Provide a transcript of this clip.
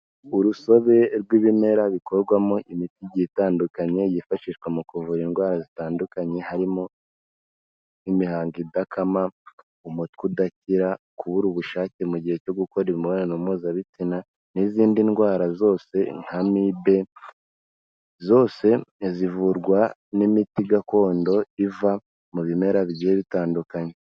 Urusobe rw'ibimera bikorwamo imiti igiye itandukanye yifashishwa mu kuvura indwara zitandukanye harimo imihango idakama, umutwe udakira, kubura ubushake mu gihe cyo gukora imibonano mpuzabitsina n'izindi ndwara zose nka mibe, zose zivurwa n'imiti gakondo iva mu bimera bigiye bitandukanye.